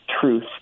truth